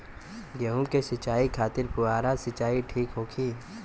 गेहूँ के सिंचाई खातिर फुहारा सिंचाई ठीक होखि?